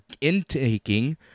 intaking